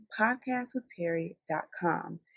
podcastwithterry.com